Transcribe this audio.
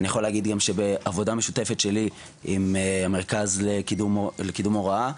אני יכול להגיד גם שבעבודה משותפת שלי עם מרכז לקידום ההוראה,